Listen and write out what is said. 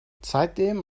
seitdem